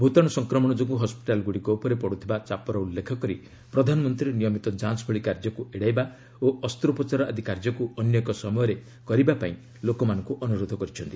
ଭୂତାଣୁ ସଂକ୍ରମଣ ଯୋଗୁଁ ହସ୍ୱିଟାଲଗୁଡ଼ିକ ଉପରେ ପଡ଼ୁଥିବା ଚାପର ଉଲ୍ଲେଖ କରି ପ୍ରଧାନମନ୍ତ୍ରୀ ନିୟମିତ ଯାଞ୍ଚ ଭଳି କାର୍ଯ୍ୟକୁ ଏଡାଇବା ଓ ଅସ୍ତ୍ରୋପ୍ରଚାର ଆଦି କାର୍ଯ୍ୟକୁ ଅନ୍ୟ ଏକ ସମୟରେ କରିବା ପାଇଁ ଲୋକମାନଙ୍କୁ ଅନୁରୋଧ କରିଛନ୍ତି